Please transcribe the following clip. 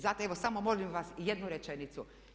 Zato evo samo molim vas, jednu rečenicu.